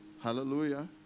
Hallelujah